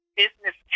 business